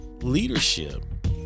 leadership